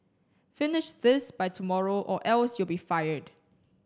finish this by tomorrow or else you'll be fired